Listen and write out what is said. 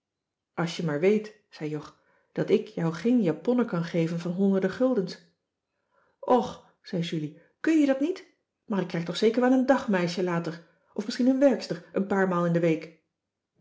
als je maar weet zei jog dat ik jou geen japonnen kan geven van honderden guldens och zei julie kùn je dat niet maar ik krijg toch zeker wel een dagmeisje later of misschien een werkster een paar maal in de week